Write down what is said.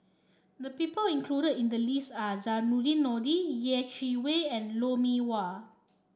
the people included in the list are Zainudin Nordin Yeh Chi Wei and Lou Mee Wah